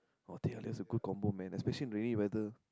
!wah! teh halia is a good combo man especially in rainy weather